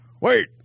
Wait